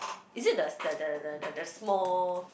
is it the the the the the small